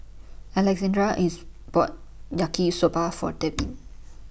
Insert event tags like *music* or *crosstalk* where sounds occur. Alexandria IS bought Yaki Soba For Devyn *noise*